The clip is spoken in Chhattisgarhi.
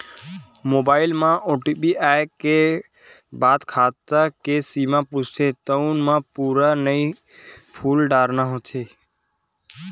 मोबाईल म ओ.टी.पी आए के बाद म खाता के सीमा पूछथे तउन म पूरा नइते फूल डारना होथे